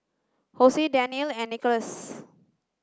Hosie Danyelle and Nicholaus